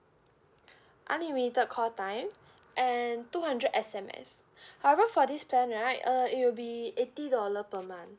unlimited call time and two hundred S_M_S however for this plan right uh it will be eighty dollar per month